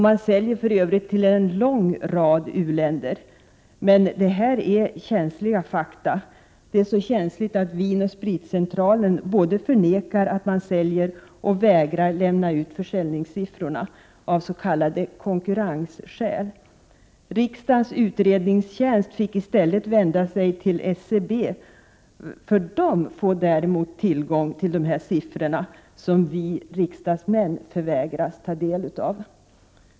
Man säljer för övrigt till en lång rad u-länder, men det är så känsliga fakta att Vin & Spritcentralen både förnekar detta och vägrar lämna ut försäljningssiffrorna av s.k. konkurrensskäl. Riksdagens utredningstjänst fick i stället vända sig till SCB, för där får man tillgång till de siffror som vi riksdagsmän förvägras ta del av.